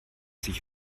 sich